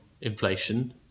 inflation